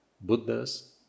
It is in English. Buddha's